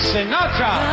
Sinatra